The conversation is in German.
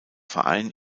verein